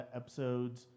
episodes